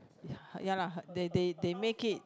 ya lah her they they they make it